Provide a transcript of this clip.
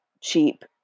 cheap